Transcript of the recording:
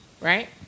right